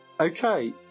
Okay